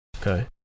Okay